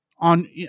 on